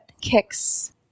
kicks